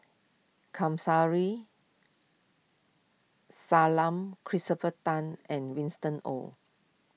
Kamsari Salam Christopher Tan and Winston Oh